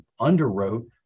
underwrote